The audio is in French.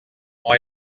ont